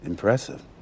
impressive